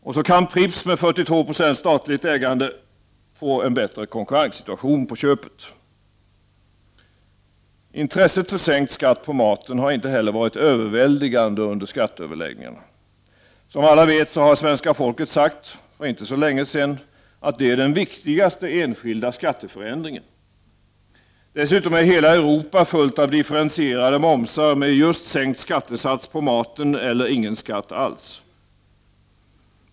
Och så kan Pripps med 42 9 statligt ägande få en bättre konkurrenssituation på köpet. Intresset för sänkt skatt på maten har inte heller varit överväldigande under skatteöverläggningarna. Som alla vet har svenska folket sagt, för inte så länge sedan, att det är den viktigaste enskilda skatteförändringen. Dessutom är hela Europa fullt av differentierad moms med just sänkt skattesats på maten eller ingen skatt alls.